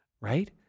Right